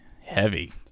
heavy